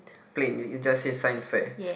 plain it it just says Science fair